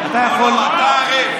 אתה יכול, אתה בעד המחבלים האלה?